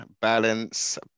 balance